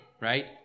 right